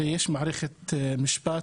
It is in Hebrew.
הרי יש מערכת משפט